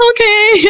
okay